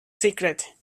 secret